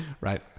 right